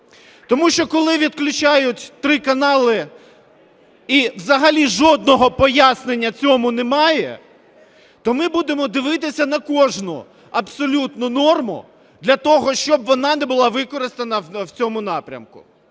Тому що, коли відключають три канали і взагалі жодного пояснення цьому немає, то ми будемо дивитися на кожну абсолютно норму для того, щоб вона не була використана в цьому напрямку.